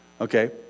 Okay